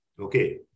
okay